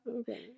Okay